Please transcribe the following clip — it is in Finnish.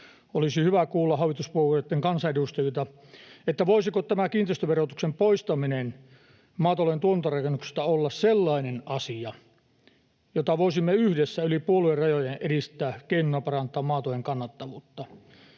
Olisi hyvä kuulla hallituspuolueitten kansanedustajilta, voisiko tämä kiinteistöverotuksen poistaminen maatalouden tuotantorakennuksista olla sellainen asia, jota voisimme yhdessä yli puoluerajojen edistää keinona parantaa maatalouden kannattavuutta.